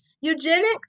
Eugenics